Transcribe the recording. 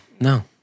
no